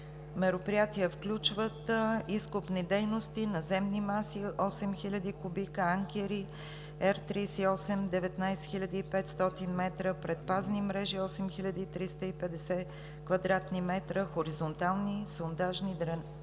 мероприятия включват изкопни дейности на земни маси – 8000 кубика, анкери R-38 – 19 500 м, предпазни мрежи 8350 кв. м, хоризонтални сондажни дренажи